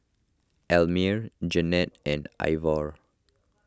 Elmer Jeanette and Ivor